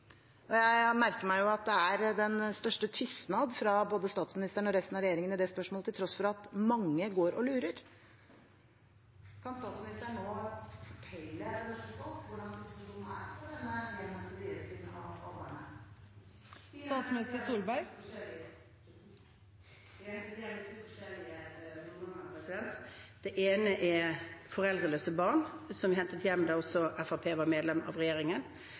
Jeg merker meg at det er den største «tystnad» fra både statsministeren og resten av regjeringen i det spørsmålet, til tross for at mange går og lurer. Kan statsministeren nå fortelle det norske folk hvordan situasjonen er for den hjemhentede IS-kvinnen og barnet? Vi har hentet hjem i to forskjellige omganger. Den ene gangen var det foreldreløse barn, som vi hentet hjem da også Fremskrittspartiet var medlem av regjeringen.